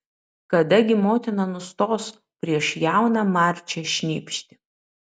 kada gi motina nustos prieš jauną marčią šnypšti